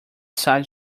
side